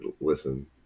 listen